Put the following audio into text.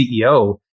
CEO